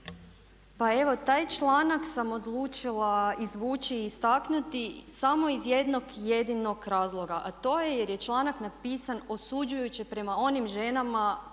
Pa evo, taj članak sam odlučila izvući i istaknuti samo iz jednog jedinog razloga, a to je jer je članak napisan osuđujuće prema onim ženama